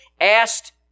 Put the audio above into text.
asked